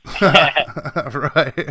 right